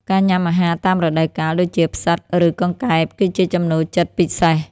ការញ៉ាំអាហារតាមរដូវកាល ដូចជា ផ្សិត ឬកង្កែប គឺជាចំណូលចិត្តពិសេស។